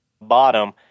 bottom